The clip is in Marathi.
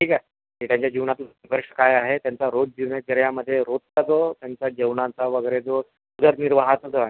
ठीक आहे ते त्यांच्या जीवनातून संघर्ष काय आहे त्यांचा रोज दिनचर्यामध्ये रोजचा जो त्यांचा जेवणाचा वगैरे जो उदरनिर्वाहाचा जो आहे